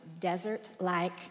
desert-like